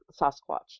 Sasquatch